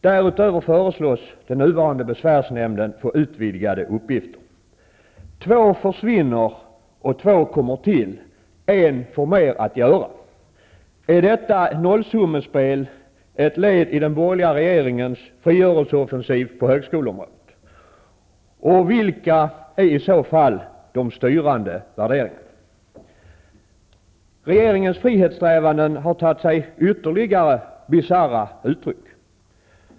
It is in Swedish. Därutöver föreslås den nuvarande besvärsnämnden få utvidgade uppgifter. Två myndigheter försvinner, och två kommer till. En får mera att göra. Är detta nollsummespel ett led i den borgerliga regeringens frigörelseoffensiv på högskoleområdet? Och vilka är i så fall de styrande värderingarna? Regeringens frihetssträvanden har tagit sig ytterligare bisarra uttryck.